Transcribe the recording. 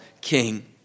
king